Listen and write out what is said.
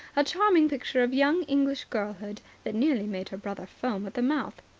a charming picture of young english girlhood that nearly made her brother foam at the mouth.